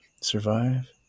survive